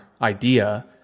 idea